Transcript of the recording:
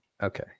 Okay